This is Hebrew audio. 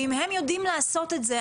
ואם הם יודעים לעשות את זה,